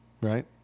Right